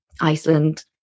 Iceland